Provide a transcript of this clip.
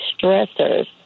stressors